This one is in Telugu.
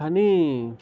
కానీ